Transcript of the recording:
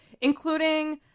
including